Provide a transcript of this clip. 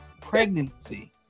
pregnancy